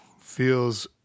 Feels